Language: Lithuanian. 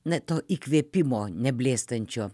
na to įkvėpimo neblėstančio